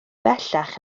bellach